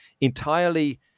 entirely